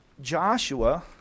Joshua